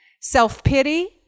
self-pity